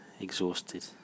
exhausted